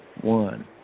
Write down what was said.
One